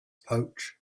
pouch